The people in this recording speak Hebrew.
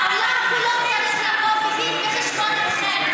העולם כולו צריך לבוא בדין וחשבון איתכם.